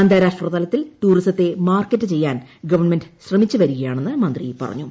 അന്താരാഷ്ട്ര തലത്തിൽ ടൂറിസത്തെ മാർക്കറ്റ് ചെയ്യാൻ ഗവൺമെന്റ് ശ്രമിച്ചുവരികയാണെന്ന് മന്ത്രി പറഞ്ഞു